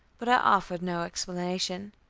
but i offered no explanation.